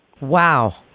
Wow